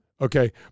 okay